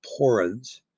porins